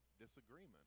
disagreement